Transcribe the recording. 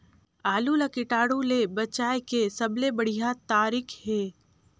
आलू ला कीटाणु ले बचाय के सबले बढ़िया तारीक हे?